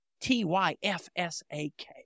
T-Y-F-S-A-K